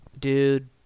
dude